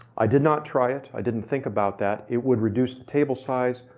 i did not try it. i didn't think about that. it would reduce the table size.